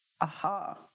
aha